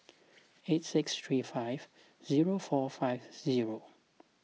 eight six three five zero four five zero